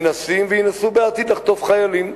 מנסים וינסו בעתיד לחטוף חיילים.